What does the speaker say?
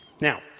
Now